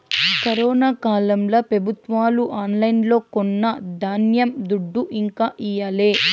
corona కాలంల పెబుత్వాలు ఆన్లైన్లో కొన్న ధాన్యం దుడ్డు ఇంకా ఈయలే